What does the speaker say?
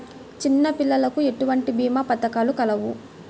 చిన్నపిల్లలకు ఎటువంటి భీమా పథకాలు కలవు?